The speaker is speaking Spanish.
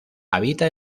habita